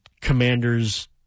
Commander's